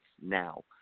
now